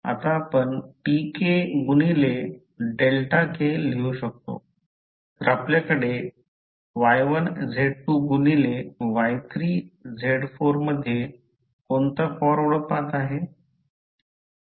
आता आपण Tk गुणिले डेल्टा k लिहू शकतो तर आपल्याकडे Y1Z2 गुणिले Y3Z4 मध्ये कोणता फॉरवर्ड पाथ आहे